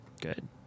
Good